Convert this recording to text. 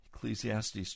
Ecclesiastes